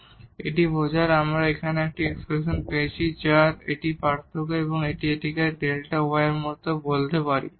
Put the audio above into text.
এবং এটি বোঝায় আমরা এখানে যে এক্সপ্রেশনটি পেয়েছি যে এর পার্থক্য বা এটিকে আমরা Δ y এর মতো বলতে পারি